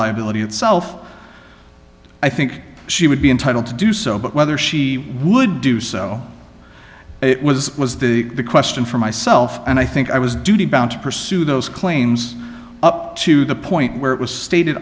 liability itself i think she would be entitled to do so but whether she would do so it was was the question for myself and i think i was duty bound to pursue those claims up to the point where it was stated